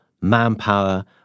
manpower